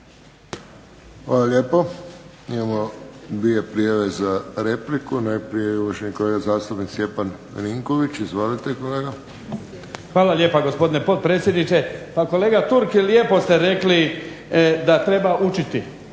Hvala lijepo. Imamo dvije prijave za repliku. Najprije je uvaženi kolega zastupnik Stjepan Milinković. Izvolite kolega. **Milinković, Stjepan (HDZ)** Hvala lijepa gospodine potpredsjedniče. Pa kolega Turk, lijepo ste rekli da treba učiti,